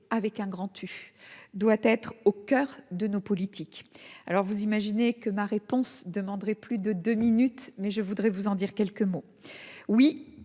avec un grand tu doit être au coeur de nos politiques, alors vous imaginez que ma réponse demanderait plus de 2 minutes, mais je voudrais vous en dire quelques mots, oui,